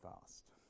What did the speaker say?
fast